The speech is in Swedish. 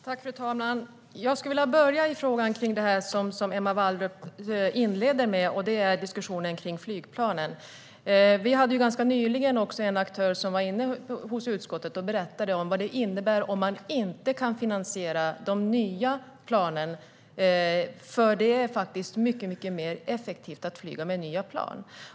Fru talman! Jag skulle vilja börja med den fråga som Emma Wallrup inledde med. Det är diskussionen kring flygplanen. Det var ganska nyligen en aktör som kom till utskottet och berättade vad det innebär om man inte kan finansiera de nya planen. Det är faktiskt mycket mer effektivt att flyga med nya plan.